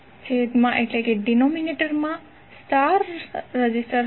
છેદમા વિરુદ્ધ star resistor હશે